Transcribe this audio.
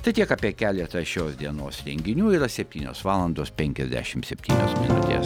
tai tiek apie keletą šios dienos renginių yra septynios valandos penkiasdešimt septynios minutės